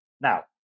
Now